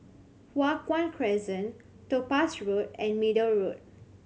Hua Guan Crescent Topaz Road and Middle Road